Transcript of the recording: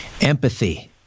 Empathy